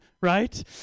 right